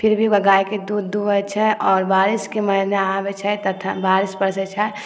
फिर भी ओ गाइके दूध दुहै छै आओर बारिशके महिना आबै छै तऽ ठ बारिश पड़ै जे छै